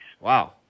wow